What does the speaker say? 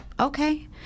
Okay